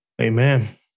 Amen